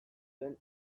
zen